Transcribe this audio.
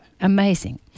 Amazing